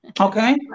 Okay